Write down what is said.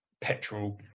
petrol